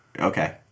Okay